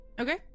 okay